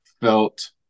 felt